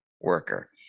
worker